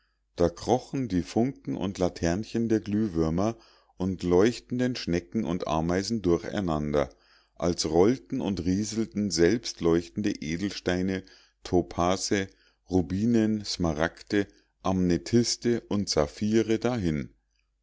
da krochen die funken und laternchen der glühwürmer und leuchtenden schnecken und ameisen durcheinander als rollten und rieselten selbstleuchtende edelsteine topase rubinen smaragde amethyste und saphire dahin